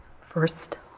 first